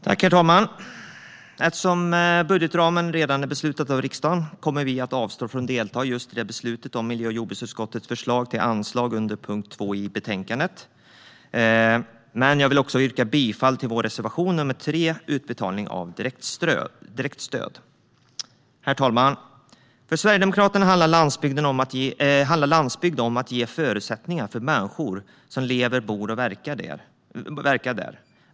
Herr talman! Eftersom budgetramen redan är beslutad av riksdagen kommer vi att avstå från att delta i beslutet om miljö och jordbruksutskottets förslag till anslag under punkt 2 i betänkandet. Jag vill dock yrka bifall till vår reservation nr 3 om utbetalning av direktstöd. Herr talman! För Sverigedemokraterna handlar landsbygdspolitik om att ge förutsättningar för människor som lever, bor och verkar där.